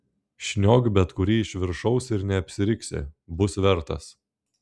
šniok bet kurį iš viršaus ir neapsiriksi bus vertas